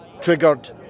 triggered